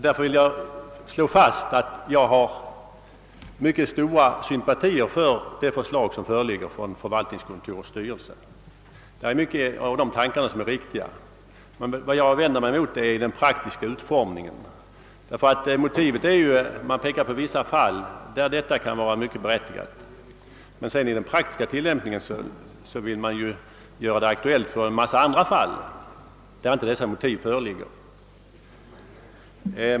Därför vill jag slå fast, att jag har mycket stora sympatier för det förslag från förvaltningskontorets styrelse som nu föreligger. Mycket av tankarna i detta anser jag riktiga, men vad jag vänder mig mot är den praktiska utformningen. Vid utformningen har man pekat på vissa fall, då dessa vidgade möjligheter till ersättning kan vara berättigade, men i den praktiska tilllämpningen vill man göra det aktuellt även för många andra, där inte dessa motiv föreligger.